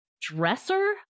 dresser